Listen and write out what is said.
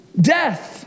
death